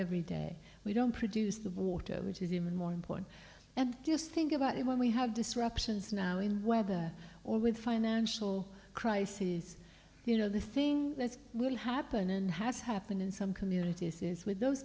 every day we don't produce the water which is even more important and just think about it when we have disruptions now in weather or with financial crises you know the thing that will happen and has happened in some communities is with those